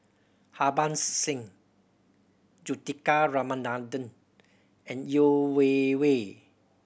Harbans Singh Juthika Ramanathan and Yeo Wei Wei